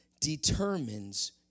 determines